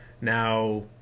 now